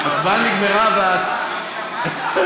ההצבעה נגמרה מה, לא שמעת?